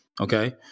okay